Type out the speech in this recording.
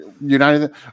United